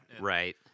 Right